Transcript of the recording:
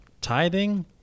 tithing